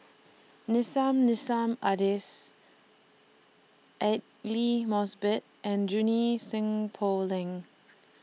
Nissim Nassim Adis Aidli Mosbit and Junie Sng Poh Leng